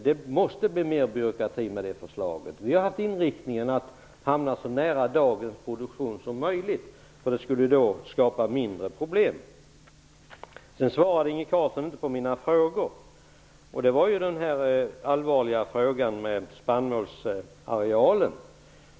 Det måste bli mer byråkrati med det förslaget. Vi har haft den inriktningen att hamna så nära dagens produktion som möjligt. Det skulle ju skapa mindre problem. Sedan svarade inte Inge Carlsson på mina frågor. Det gällde den allvarliga frågan om spannmålsarealen.